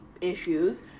issues